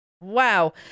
Wow